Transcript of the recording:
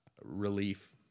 relief